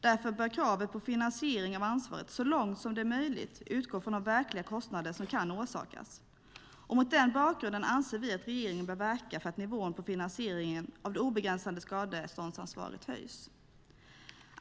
Därför bör kravet på finansiering av ansvaret så långt som det är möjligt utgå från de verkliga kostnader som kan orsakas. Mot den bakgrunden anser vi att regeringen bör verka för att nivån på finansieringen av det obegränsade skadeståndsansvaret höjs.